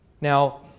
Now